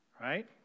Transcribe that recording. right